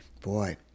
boy